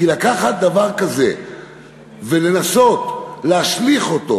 כי לקחת דבר כזה ולנסות להשליך אותו